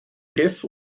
griff